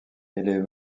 les